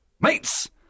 Mates